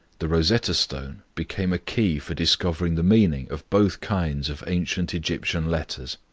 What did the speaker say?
the rosetta stone became a key for discovering the meaning of both kinds of ancient egyptian letters.